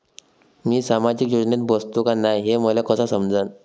मी सामाजिक योजनेत बसतो का नाय, हे मले कस समजन?